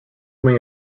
wing